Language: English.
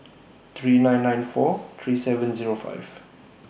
three nine nine four three seven Zero five